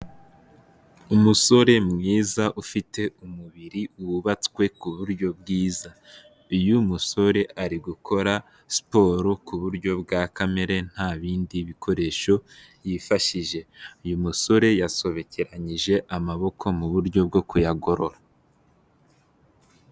Umusore mwiza ufite umubiri wubatswe ku buryo bwiza, uyo musore ari gukora siporo ku buryo bwa kamere nta bindi bikoresho yifashije. Uyu musore yasobekeranyije amaboko mu buryo bwo kuyagorora.